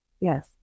Yes